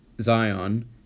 Zion